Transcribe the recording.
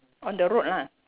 on the road ah